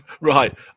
Right